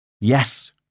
Yes